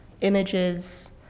images